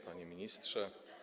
Panie Ministrze!